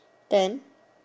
then